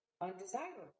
undesirable